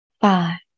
five